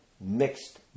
mixed